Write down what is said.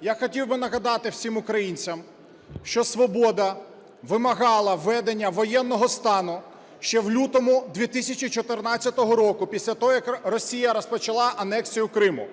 Я хотів би нагадати всім українцям, що "Свобода" вимагала введення воєнного стану ще в лютому 2014 року, після того, як Росія розпочала анексію Криму.